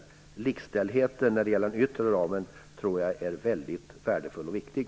Jag tror att likställdheten när det gäller den yttre ramen är väldigt värdefull och viktig.